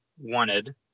wanted